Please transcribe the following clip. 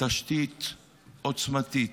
תשתית עוצמתית,